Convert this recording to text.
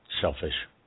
selfish